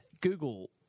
Google